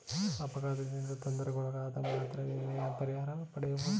ಅಪಘಾತದಿಂದ ತೊಂದರೆಗೊಳಗಾದಗ ಮಾತ್ರ ವಿಮೆಯ ಪರಿಹಾರ ಪಡೆಯಬಹುದು